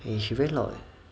she very loud eh